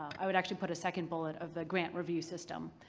i would actually put a second bullet of the grant review system,